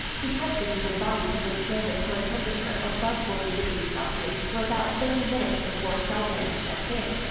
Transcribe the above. because the human body can withstand a core temperature above forty degrees celsius for about thirty minutes before cell damage sets in,